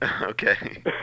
Okay